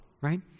right